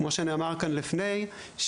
כמו שנאמר כאן לפני,